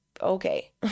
Okay